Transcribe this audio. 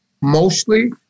mostly